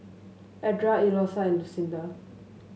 Edra Eloisa and Lucinda